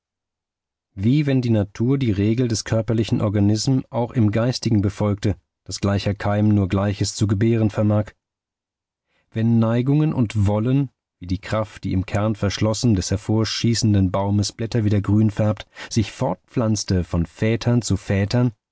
wie wenn die natur die regel des körperlichen organism auch im geistigen befolgte daß gleicher keim nur gleiches zu gebären vermag wenn neigung und wollen wie die kraft die im kern verschlossen des hervorschießenden baumes blätter wieder grün färbt sich fortpflanzte von vätern zu vätern